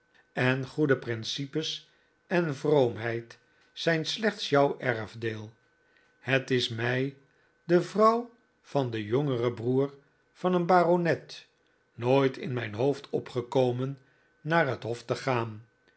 en goede principes en vroomheid zijn slechts jouw erfdeel het is mij de vrouw van den jongeren broer van een baronet nooit in mijn hoofd opgekomen naar het hof te gaan